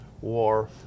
war